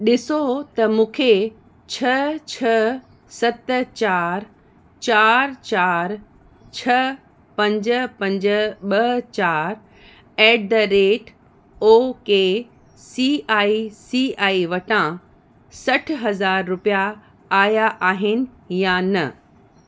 ॾिसो त मूंखे छह छह सत चारि चारि चारि छ्ह पंज पंज ॿ चार at the rate okay C I C I वटां सठ हज़ार रुपया आहियां आहिनि या न